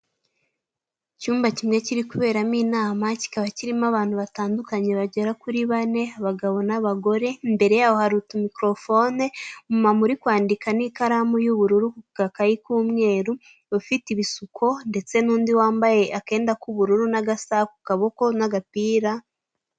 Icyumba kimwe kiri kuberamo inama, kikaba kirimo abantu batandukanye bagera kuri bane, abagabo n'abagore imbere yaho hari utumikorofone, umumama urikwandika n'ikaramu y'ubururu ku gakayi k'umweru ufite ibisuko ndetse n'undi wambaye akenda k'ubururu n'agasaha ku kaboko n'agapira.